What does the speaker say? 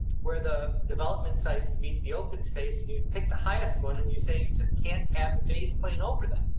where the development sites meet the open space you pick the highest one and you say, you just can't have a base plane over that.